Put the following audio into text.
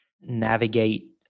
navigate